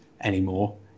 anymore